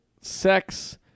sex